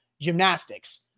gymnastics